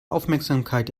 aufmerksamkeit